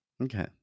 Okay